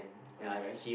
oh you went